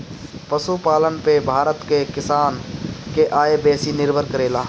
पशुपालन पे भारत के किसान के आय बेसी निर्भर करेला